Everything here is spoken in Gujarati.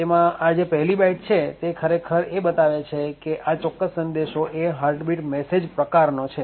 તેમાં આ જે પહેલી બાઈટ છે તે ખરેખર એ બતાવે છે કે આ ચોક્કસ સંદેશો એ હાર્ટબીટ મેસેજ પ્રકારનો છે